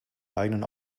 eigenen